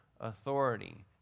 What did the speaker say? authority